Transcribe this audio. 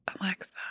Alexa